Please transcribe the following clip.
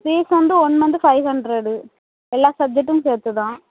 fees வந்து one மந்த்துக்கு five hundred எல்லா சப்ஜெக்ட்டும் சேர்த்து தான்